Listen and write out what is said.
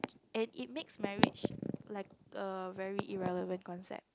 and it makes marriage like err very irrelevant concept